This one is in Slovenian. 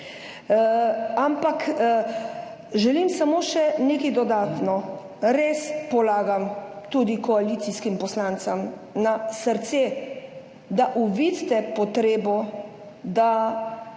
Ampak želim samo še nekaj dodatno, res polagam tudi koalicijskim poslancem na srce, da uvidite potrebo, da